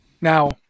Now